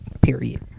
period